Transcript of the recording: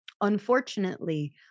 Unfortunately